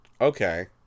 Okay